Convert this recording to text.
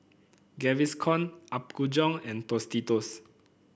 Gaviscon Apgujeong and Tostitos